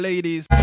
Ladies